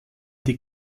die